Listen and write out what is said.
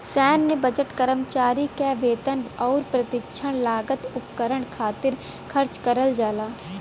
सैन्य बजट कर्मचारी क वेतन आउर प्रशिक्षण लागत उपकरण खातिर खर्च करल जाला